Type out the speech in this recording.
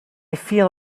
feel